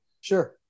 sure